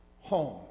home